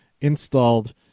installed